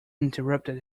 interrupted